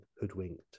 hoodwinked